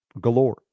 galore